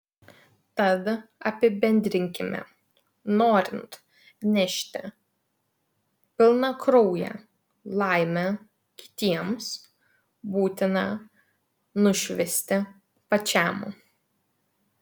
tad apibendrinkime norint nešti pilnakrauję laimę kitiems būtina nušvisti pačiam